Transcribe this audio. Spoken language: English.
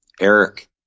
Eric